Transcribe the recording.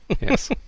Yes